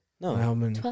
No